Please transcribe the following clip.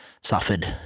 suffered